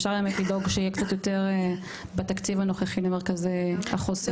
אפשר לדאוג שיהיה קצת יותר בתקציב הנוכחי למרכזי החוסן.